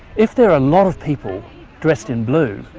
if there are a lot of people dressed in blue,